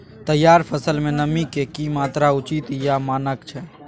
तैयार फसल में नमी के की मात्रा उचित या मानक छै?